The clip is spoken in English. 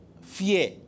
fear